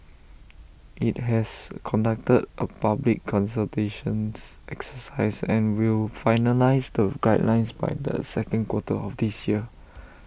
IT has conducted A public consultations exercise and will finalise the guidelines by the second quarter of this year